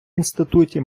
інституті